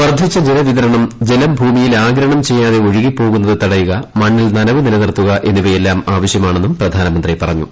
വർധിച്ച ജലവിതരണം ജലം ഭൂമിയിൽ ആഗിരണം ചെയ്യാതെ ഒഴുകിപ്പോകുന്നത് തടയുക മണ്ണിൽ നനവ് നിലനിർത്തുക എന്നിവയെല്ലാം ആവശ്യമാണെന്നും പ്രധാനമന്ത്രി പറഞ്ഞു